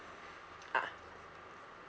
ah